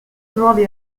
nuovi